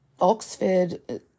Oxford